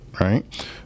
right